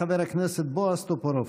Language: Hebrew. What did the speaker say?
חבר הכנסת בועז טופורובסקי.